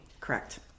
Correct